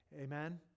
Amen